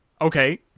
Okay